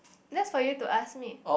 that's for you to ask me